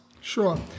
Sure